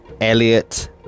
Elliot